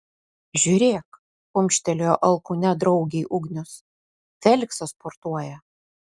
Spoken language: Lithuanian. žiūrėk kumštelėjo alkūne draugei ugnius feliksas sportuoja